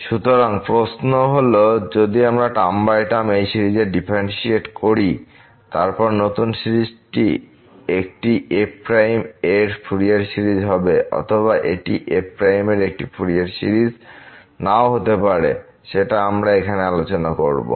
সুতরাং প্রশ্ন হল যদি আমরা টার্ম বাই টার্ম এই সিরিজের ডিফারেন্শিয়েট করি তারপর নতুন সিরিজটি একটি f এর ফুরিয়ার সিরিজ হবে অথবা এটি f এর একটি ফুরিয়ার সিরিজ নাও হতে পারে সেটা আমরা এখন আলোচনা করবো